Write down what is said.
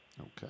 Okay